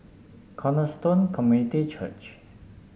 Cornerstone Community Church